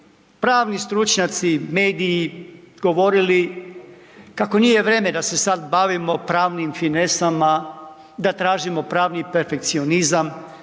pravni stručnjaci, mediji govorili kako nije vrijeme da se sada bavimo pravnim finesama, da tražimo pravni perfekcionizam,